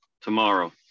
tomorrow